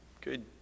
good